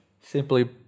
Simply